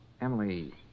Emily